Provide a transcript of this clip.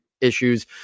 issues